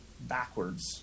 backwards